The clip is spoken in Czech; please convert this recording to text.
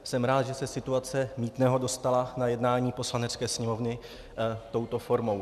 Jsem rád, že se situace mýtného dostala na jednání Poslanecké sněmovny touto formou.